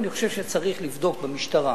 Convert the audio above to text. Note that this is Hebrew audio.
ואני חושב שצריך לבדוק במשטרה